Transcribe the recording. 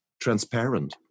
transparent